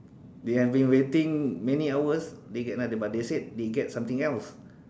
they have been waiting many hours they get nothing but they said they get something else